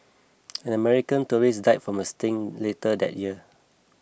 an American tourist died from a sting later that year